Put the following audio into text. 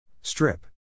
Strip